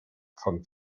von